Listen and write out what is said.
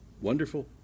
wonderful